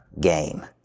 game